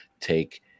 take